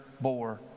bore